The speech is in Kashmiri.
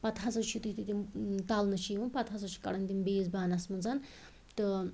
پَتہٕ ہَسا چھِ یُتھٕے تِم تَلنہٕ چھِ یِوان پَتہٕ ہَسا چھ کَڑان تِم بیٚیِس بانَس مَنٛز تہٕ